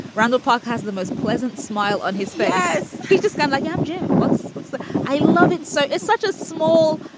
randall park has the most pleasant smile on his face he's just gone like i'm jim. what's what's that? i love it. so it's such a small,